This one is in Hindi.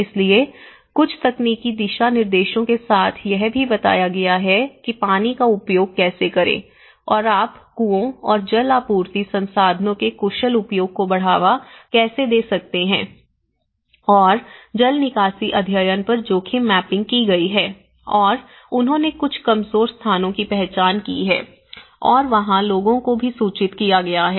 इसलिए कुछ तकनीकी दिशा निर्देशों के साथ यह भी बताया गया है कि पानी का उपयोग कैसे करें और आप कुओं और जल आपूर्ति संसाधनों के कुशल उपयोग को बढ़ावा कैसे दे सकते हैं और जल निकासी अध्ययन पर जोखिम मैपिंग की गई है और उन्होंने कुछ कमजोर स्थानों की पहचान की है और वहाँ लोगों को भी सूचित किया गया है